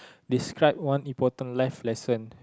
describe one important life lesson